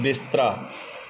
ਬਿਸਤਰਾ